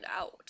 out